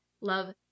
love